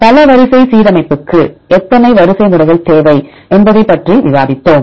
பல வரிசை சீரமைப்புக்கு எத்தனை வரிசைமுறைகள் தேவை என்பதைப் பற்றி விவாதித்தோம்